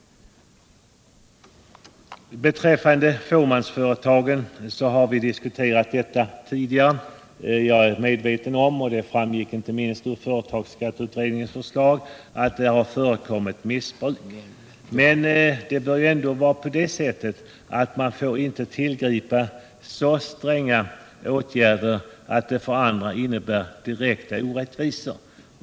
Frågan om fåmansföretagen har vi diskuterat tidigare. Jag är medveten om att det har förekommit missbruk av reglerna — det framgick inte 65 minst av företagsskatteutredningens förslag. Men man får inte tillgripa så stränga åtgärder att de för andra innebär direkta orättvisor.